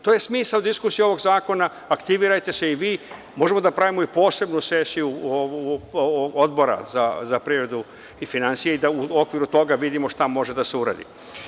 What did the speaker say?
To je smisao diskusije ovog zakona, aktivirajte se i vi, možemo da pravimo i posebnu sesiju Odbora za privredu i finansije i da u okviru toga vidimo šta može da se uradi.